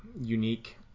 unique